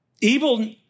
Evil